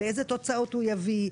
לאיזה תוצאות הוא יביא,